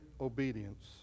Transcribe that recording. obedience